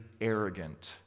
arrogant